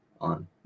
on